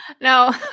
No